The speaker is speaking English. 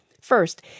First